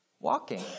walking